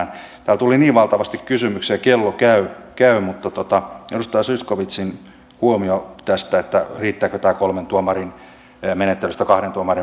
täällä tuli niin valtavasti kysymyksiä ja kello käy mutta puutun edustaja zyskowiczin huomioon tästä riittääkö tämä siirtyminen kolmen tuomarin menettelystä kahden tuomarin menettelyyn